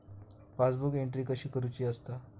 Passbook entry कशी करुची असता?